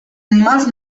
animals